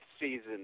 season